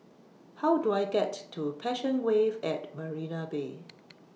How Do I get to Passion Wave At Marina Bay